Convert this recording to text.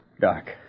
Doc